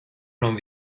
non